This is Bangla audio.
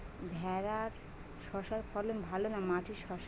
ভেরার শশার ফলন ভালো না মাটির শশার?